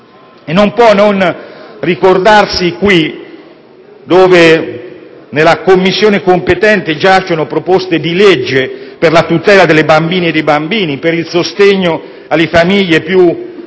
Non si può non ricordare che nella Commissione competente giacciono disegni di legge per la tutela delle bambine e dei bambini, per il sostegno alle famiglie più disagiate